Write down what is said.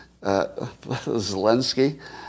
Zelensky